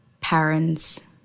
parents